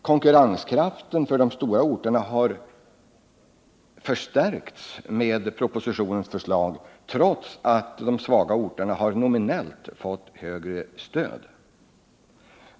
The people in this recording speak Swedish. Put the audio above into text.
Konkurrenskraften för de stora orterna förstärks genom propositionens förslag, trots att de svaga orterna nominellt får ett högre stöd.